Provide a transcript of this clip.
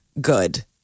good